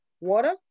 water